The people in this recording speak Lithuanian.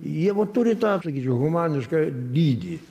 jie va turi tą sakyčiau humanišką dydį